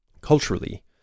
Culturally